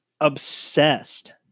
obsessed